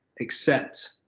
accept